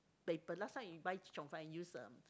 paper last time you buy chee cheong fun you use the